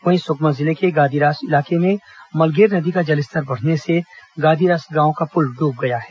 वहीं सुकमा जिले के गादीरास इलाके में मलगेर नदी का जलस्तर बढ़ने से गादीरास गांव का पुल डूब गया है